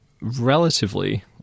relatively